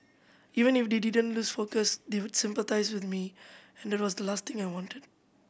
even if they didn't lose focus they would sympathise with me and that was the last thing I wanted